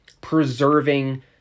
preserving